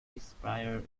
expire